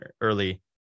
early